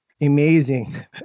amazing